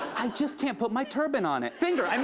i just can't put my turban on it finger! i mean